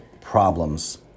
problems